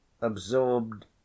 absorbed